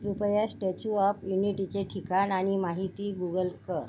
कृपया statue of युनिटीचे ठिकाण आणि माहिती गुगल कर